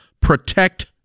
Protect